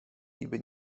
niby